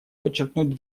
подчеркнуть